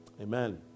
Amen